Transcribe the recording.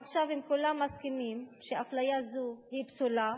עכשיו, אם כולם מסכימים שאפליה זו היא פסולה,